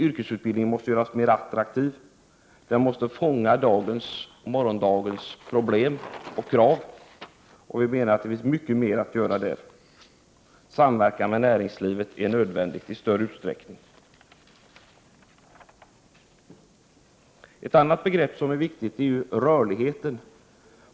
Yrkesutbildningen måste göras mera attraktiv. Den måste fånga upp dagens och morgondagens problem och krav. Ett annat viktigt begrepp är rörligheten.